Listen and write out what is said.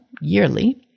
yearly